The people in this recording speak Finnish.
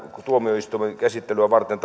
tuomioistuimen käsittelyä varten